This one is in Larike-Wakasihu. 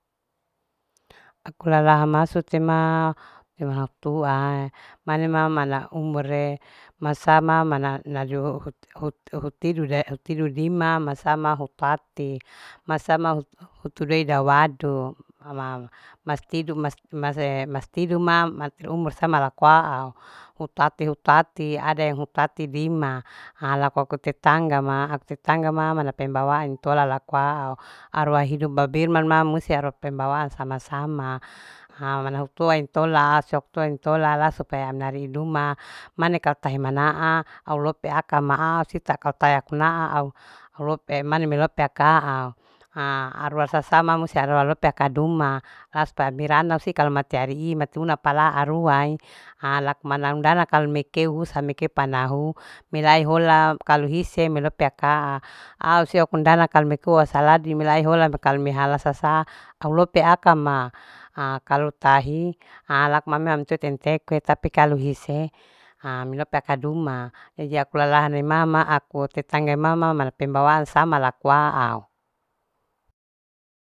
Aku lala lahamasu te ma mane mama la umur'e masama mana na juhu uhu hutidu de hutidu dima masama hupati masama hutu deida wadu ama mas tidu mas tidu ma umur sama lakoa'a hutate hutate ada yang hutate dima laku ako tetangga ma. tetangga ma mana pembawaan ntola laku au arua hidup babirman ma musti aro pembawaan sama sama ha mana intua intola. sok tua intola la supaya amari iduma maneka kahemana'a au lo pea kama'a sita kau ta ku na'a au, au lope mani mani lope pea aka'a arua sasama musti arua lope aka duma la supaya birana si kalu mati arii matuna pala'a ruae laku mana undana kalu melkeu hu samekeu panahu milai hola kalu hise melu peaka'a au sio kundana kalu mikoa saladi milai hola kalu mihala sasa au lo peaka ma kalu tahi laku tapi kalu hise milo pe aka duma jadi aku lalahan nemama aku tetangga mama pembawaan samalakuao